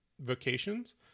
vocations